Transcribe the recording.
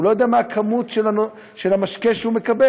הוא לא יודע מה כמות המשקה שהוא מקבל,